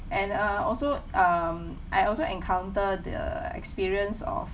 and uh also um I also encounter the experience of